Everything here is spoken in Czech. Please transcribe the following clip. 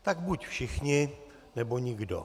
Tak buď všichni, nebo nikdo.